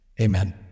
Amen